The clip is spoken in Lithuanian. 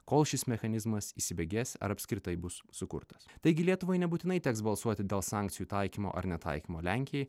kol šis mechanizmas įsibėgės ar apskritai bus sukurtas taigi lietuvai nebūtinai teks balsuoti dėl sankcijų taikymo ar netaikymo lenkijai